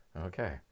Okay